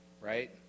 Right